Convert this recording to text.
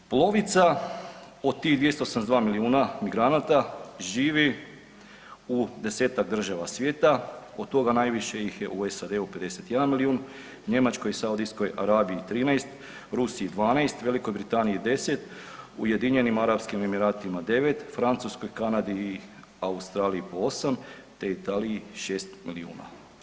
Polovica od tih 272 milijun migranata živi u 10-tak država svijeta od toga najviše ih je u SAD-u 51 milijun, Njemačkoj u Saudijskoj Arabiji 13, Rusiji 12, Velikoj Britaniji 10, Ujedinjenim Arapskim Emiratima 9, u Francuskoj, Kanadi i Australiji po 8 te Italiji 6 milijuna.